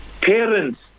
Parents